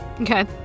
Okay